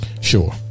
Sure